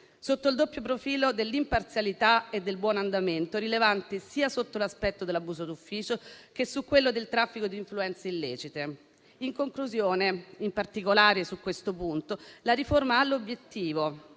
sotto il doppio profilo dell'imparzialità e del buon andamento, rilevanti sia sotto l'aspetto dell'abuso d'ufficio che su quello del traffico di influenze illecite. In conclusione, in particolare su questo punto, la riforma ha l'obiettivo